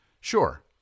Sure